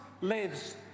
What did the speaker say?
lives